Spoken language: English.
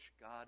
God